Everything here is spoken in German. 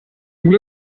glück